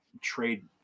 trade